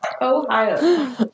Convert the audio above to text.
Ohio